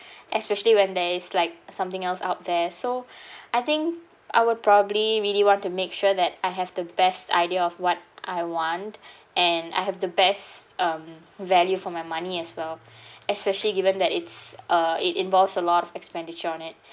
especially when there is like something else out there so I think I would probably really want to make sure that I have the best idea of what I want and I have the best um value for my money as well especially given that it's uh it involves a lot of expenditure on it